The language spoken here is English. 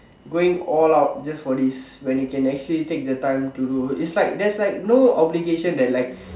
going all out just for this when you can actually take the time to do it's like there's like no obligations that like